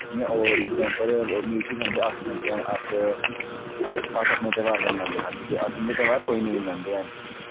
जियां ओह् ईदें उप्पर मीट शीट खंदे अस निं खंदे हैन अस अस अपने तयौहार गै बनांदे खाल्ली ते अस इंते तयौहार नेईं बनांदे हैन